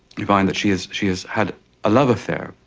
you find that she has she has had a love affair,